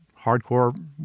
hardcore